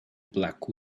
black